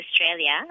Australia